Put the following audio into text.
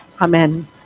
Amen